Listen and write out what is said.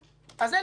אז אין לי ברירה.